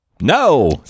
no